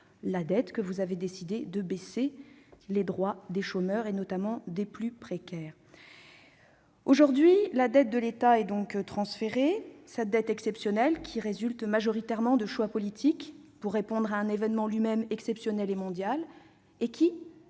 la dette que vous avez décidé de réduire les droits des chômeurs et des plus précaires. Aujourd'hui, la dette de l'État est transférée. Or cette dette exceptionnelle résulte majoritairement de choix politiques visant à répondre à un événement lui-même exceptionnel et mondial. Elle